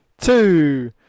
two